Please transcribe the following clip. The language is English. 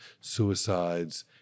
suicides